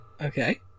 okay